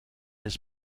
his